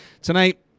tonight